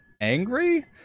angry